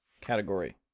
category